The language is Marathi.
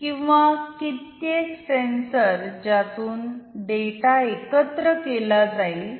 किंवा कित्येक सेन्सर ज्यातून डेटा एकत्रित केला जाईल